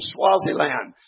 Swaziland